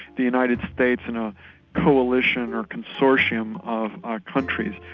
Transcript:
the united states and a coalition or consortium of our countries,